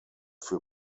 für